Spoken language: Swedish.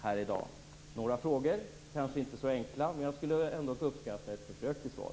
Det var några frågor. De var kanske inte så enkla, men jag skulle ändock uppskatta ett försök till svar.